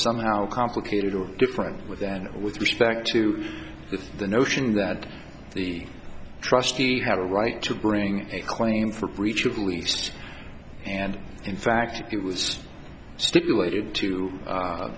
somehow complicated or different with then with respect to the notion that the trustee had a right to bring a claim for breach of least and in fact it was stipulated